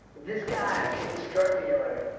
this guy, okay this drug dealer